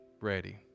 ready